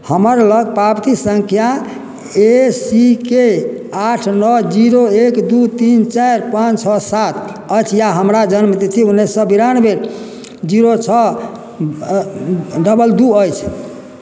हमर लग पाबती सङ्ख्या ए सी के आठ नओ जीरो एक दू तीन चारि पाँच छओ सात अछि या हमरा जन्म तिथि उन्नैस सए बिरानबे जीरो छओ डबल दू अछि